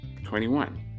21